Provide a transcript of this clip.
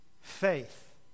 faith